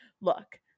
Look